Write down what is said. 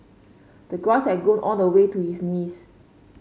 the grass had grown all the way to his knees